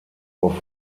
auf